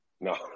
No